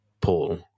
paul